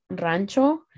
Rancho